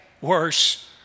worse